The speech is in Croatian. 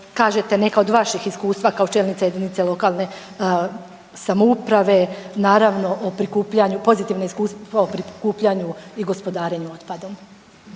kažete neka od vaših iskustva kao čelnica jedinice lokalne samouprave naravno o prikupljanju, pozitivna iskustva o prikupljanju i gospodarenju otpadom.